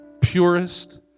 purest